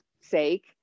sake